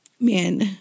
Man